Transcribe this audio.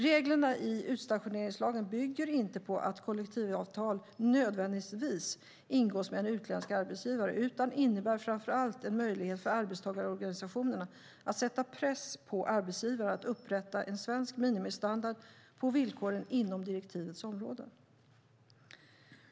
Reglerna i utstationeringslagen bygger inte på att kollektivavtal nödvändigtvis ingås med en utländsk arbetsgivare, utan innebär framför allt en möjlighet för arbetstagarorganisationerna att sätta press på arbetsgivaren att upprätta en svensk minimistandard på villkoren inom direktivets områden.